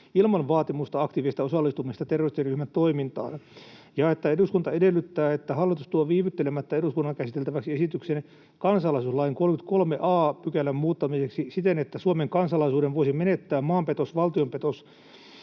ilman vaatimusta aktiivisesta osallistumisesta terroristiryhmän toimintaan.” ”Eduskunta edellyttää, että hallitus tuo viivyttelemättä eduskunnan käsiteltäväksi esityksen kansalaisuuslain 33 a §:n muuttamiseksi siten, että Suomen kansalaisuuden voisi menettää maanpetos-, valtiopetos-